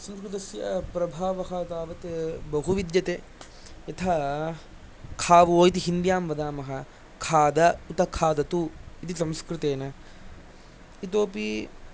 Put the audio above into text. संस्कृतस्य प्रभावः तावत् बहु विद्यते यथा खावो इति हिन्द्यां वदामः खाद उत खादतु इति संस्कृतेन इतोऽपि